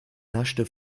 naschte